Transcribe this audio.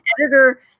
editor